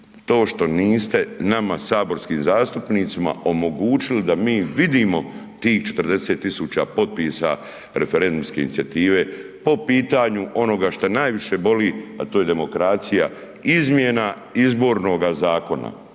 to što niste nama saborskim zastupnicima omogućili da mi vidimo tih 40 000 potpisa referendumske inicijative po pitanju onoga što najviše boli a to je demokracija, izmjena Izbornoga zakona